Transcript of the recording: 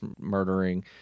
murdering